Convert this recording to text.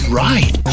right